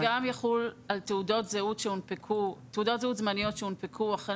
זה גם יחול על תעודות זהות זמניות שהונפקו החל